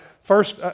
First